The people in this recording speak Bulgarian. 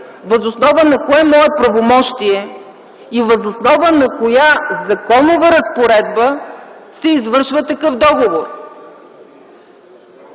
въз основа на кое мое правомощие и въз основа на коя законовата разпоредба се извършва такъв договор.